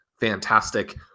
fantastic